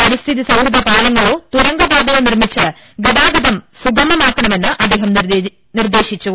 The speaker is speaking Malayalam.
പരിസ്ഥിതി സൌഹൃദ പാലങ്ങളോ തുരങ്കപാതയോ നിർമ്മിച്ച് ഗതാഗതം സുഗമമാക്കണമെന്ന് അദ്ദേഹം നിർദേശിച്ചു